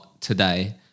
today